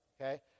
okay